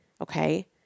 okay